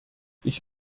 ich